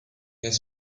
has